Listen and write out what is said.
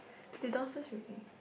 they downstairs already